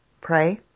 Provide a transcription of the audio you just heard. Pray